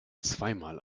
zweimal